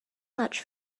much